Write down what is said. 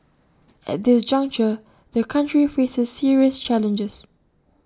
at this juncture the country faces serious challenges